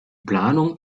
planung